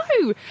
no